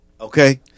Okay